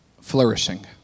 flourishing